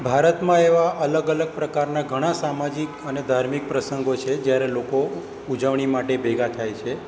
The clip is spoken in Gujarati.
ભારતમાં એવા અલગ અલગ પ્રકારના ઘણા સામાજિક અને ધાર્મિક પ્રસંગો છે જ્યારે લોકો ઉજવણી માટે ભેગા થાય છે